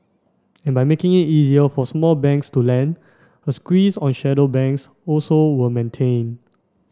and by making it easier for small banks to lend a squeeze on shadow banks also were maintained